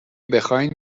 بخواین